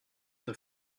the